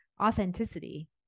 authenticity